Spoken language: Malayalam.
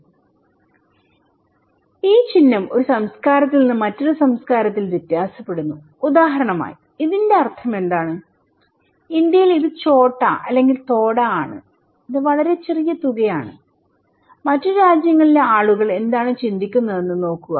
എന്നാൽ ഈ ചിഹ്നം ഒരു സംസ്കാരത്തിൽ നിന്ന് മറ്റൊരു സംസ്കാരത്തിൽ വ്യത്യാസപ്പെടുന്നു ഉദാഹരണമായി ഇതിന്റെ അർത്ഥമെന്താണ് ഇന്ത്യയിൽ ഇത് ചോട്ടാ അല്ലെങ്കിൽ തൊഡാ ആണ്ഇത് വളരെ ചെറിയ തുകയാണ് മറ്റ് രാജ്യങ്ങളിലെ ആളുകൾ എന്താണ് ചിന്തിക്കുന്നതെന്ന് നോക്കുക